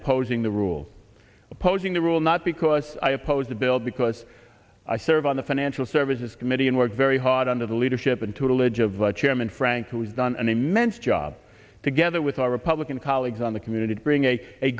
opposing the rule opposing the rule not because i opposed the bill because i serve on the financial services committee and worked very hard under the leadership into religion of chairman frank who has done an immense job together with our republican colleagues on the community to bring a a